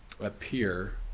appear